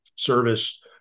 service